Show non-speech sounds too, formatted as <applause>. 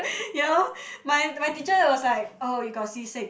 <breath> you know my my teacher was like oh you got C six